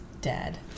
dead